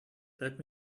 let